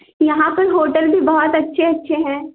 यहाँ पर होटल भी बहुत अच्छे अच्छे हैं